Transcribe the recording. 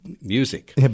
music